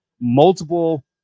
Multiple